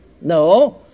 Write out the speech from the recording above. No